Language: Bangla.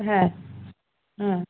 হ্যাঁ হ্যাঁ